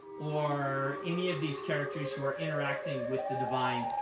or any of these characters who are interacting with the divine,